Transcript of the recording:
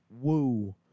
Woo